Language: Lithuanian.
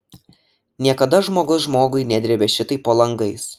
niekada žmogus žmogui nedrėbė šitaip po langais